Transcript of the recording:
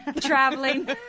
traveling